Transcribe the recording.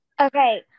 Okay